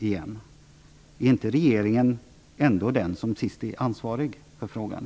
Är inte regeringen den som ändå i slutändan är ansvarig i frågan?